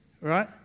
right